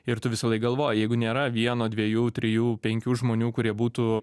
ir tu visąlaik galvoji jeigu nėra vieno dviejų trijų penkių žmonių kurie būtų